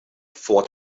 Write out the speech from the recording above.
fought